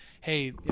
hey